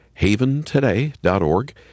haventoday.org